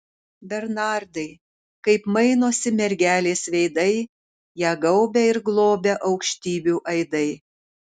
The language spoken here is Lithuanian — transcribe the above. bernardai kaip mainosi mergelės veidai ją gaubia ir globia aukštybių aidai